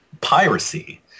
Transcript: piracy